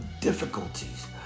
difficulties